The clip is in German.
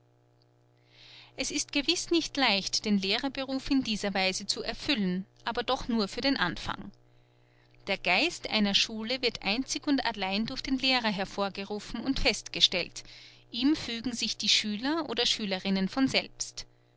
es ist gewiß nicht leicht den lehrerberuf in dieser weise zu erfüllen aber doch nur für den anfang der geist einer schule wird einzig und allein durch den lehrer hervorgerufen und festgestellt ihm fügen sich die schüler oder schülerinnen von selbst